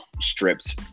strips